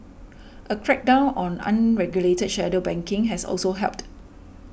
a crackdown on unregulated shadow banking has also helped